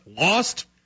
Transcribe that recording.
lost